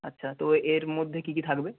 আচ্ছা তো এর মধ্যে কী কী থাকবে